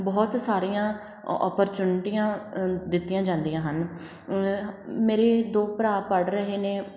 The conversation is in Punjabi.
ਬਹੁਤ ਸਾਰੀਆਂ ਓ ਓਪਰਚੁਨੀਟੀਆਂ ਦਿੱਤੀਆਂ ਜਾਂਦੀਆਂ ਹਨ ਮੇਰੇ ਦੋ ਭਰਾ ਪੜ੍ਹ ਰਹੇ ਨੇ